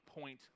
point